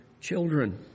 children